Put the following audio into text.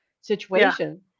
situation